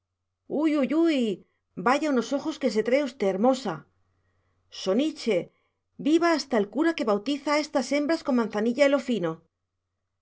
canela uyuyuy vaya unos ojos que se trae usted hermosa soniche viva hasta el cura que bautiza a estas hembras con mansanilla e lo fino